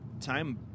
time